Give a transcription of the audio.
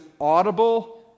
audible